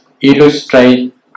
illustrate